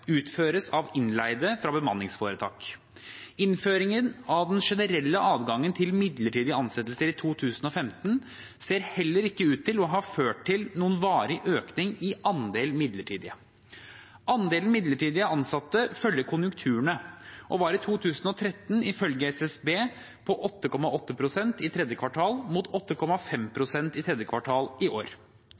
innleide fra bemanningsforetak. Innføringen av den generelle adgangen til midlertidige ansettelser i 2015 ser heller ikke ut til å ha ført til noen varig økning i andelen midlertidige. Andelen midlertidig ansatte følger konjunkturene og var i 2013 ifølge Statistisk sentralbyrå på 8,8 pst. i tredje kvartal, mot 8,5 pst. i tredje kvartal i år.